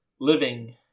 living